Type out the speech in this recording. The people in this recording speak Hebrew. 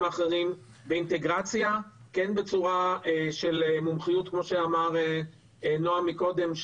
האחרים באינטגרציה כן בצורה של מומחיות כמו שאמר נעם מקודם,